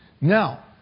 Now